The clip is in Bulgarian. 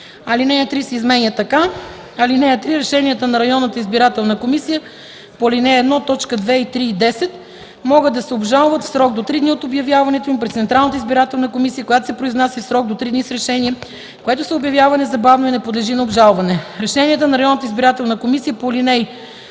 Алинея 3 се изменя така: „(3) Решенията на районната избирателна комисия по ал. 1, т. 2, 3 и 10 могат да се обжалват в срок до три дни от обявяването им пред Централната избирателна комисия, която се произнася в срок до три дни с решение, което се обявява незабавно и не подлежи на обжалване. Решенията на районната избирателна комисия по ал. 1, т.